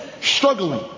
struggling